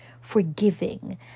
forgiving